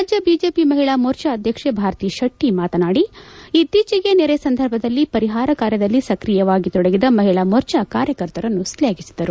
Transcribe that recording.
ರಾಜ್ಯ ಚಜೆಪಿ ಮಹಿಳಾ ಮೋರ್ಚಾ ಅಧ್ಯಕ್ಷೆ ಭಾರತಿ ಶೆಟ್ಟಿ ಮಾತನಾಡಿ ಇತ್ತೀಚೆಗೆ ನೆರೆ ಸಂದರ್ಭದಲ್ಲಿ ಪಲಿಹಾರ ಕಾರ್ಯದಲ್ಲಿ ಸಕ್ರಿಯವಾಲಿ ತೊಡಲಿದ ಮಹಿಳಾ ಮೋರ್ಚಾ ಕಾರ್ಯಕರ್ತರನ್ನು ಶ್ಲಾಫಿಸಿದರು